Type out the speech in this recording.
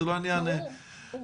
זה לא עניין --- ברור.